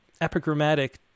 epigrammatic